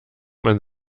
man